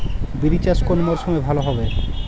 বিরি চাষ কোন মরশুমে ভালো হবে?